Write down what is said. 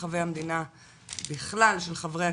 בוקר טוב,